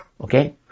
okay